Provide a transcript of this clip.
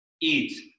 eat